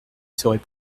serait